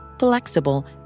Flexible